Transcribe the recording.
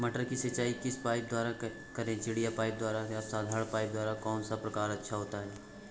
मटर की सिंचाई किस पाइप द्वारा करें चिड़िया पाइप द्वारा या साधारण पाइप द्वारा कौन सा प्रकार अच्छा होता है?